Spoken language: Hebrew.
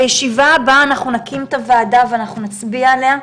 בישיבה הבאה אנחנו נקים את הוועדה ואנחנו נצביע עליה.